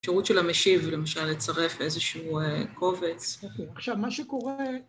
‫שירות של המשיב, למשל, ‫לצרף איזשהו קובץ. ‫עכשיו, מה שקורה...